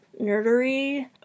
nerdery